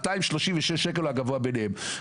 236 שקלים, הגבוה מביניהם.